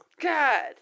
God